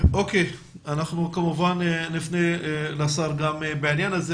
אנחנו נפנה לשר בעניין הזה.